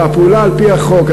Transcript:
הפעולה על-פי החוק,